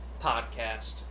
podcast